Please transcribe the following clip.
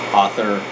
author